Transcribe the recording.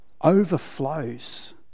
overflows